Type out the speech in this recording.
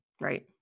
Right